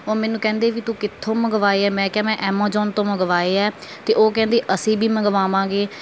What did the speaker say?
ਉਹ ਮੈਨੂੰ ਕਹਿੰਦੇ ਵੀ ਤੂੰ ਕਿੱਥੋਂ ਮੰਗਵਾਏ ਹੈ ਮੈਂ ਕਿਹਾ ਮੈਂ ਐਮਾਜੋਨ ਤੋਂ ਮੰਗਵਾਏ ਹੈ ਅਤੇ ਉਹ ਕਹਿੰਦੇ ਅਸੀਂ ਵੀ ਮੰਗਵਾਵਾਂਗੇ